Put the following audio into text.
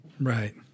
Right